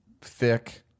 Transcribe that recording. thick